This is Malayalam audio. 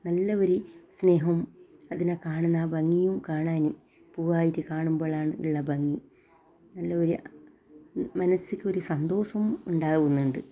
നല്ല ഒരു സ്നേഹം അതിനെ കാണുന്ന ആ ഭംഗിയും കാണാന് പൂവായിറ്റ് കാണുമ്പോളാണ് ഉള്ള ഭംഗി നല്ലൊരു മനസ്സിക്ക് ഒരു സന്തോഷം ഉണ്ടാവുന്നുണ്ട്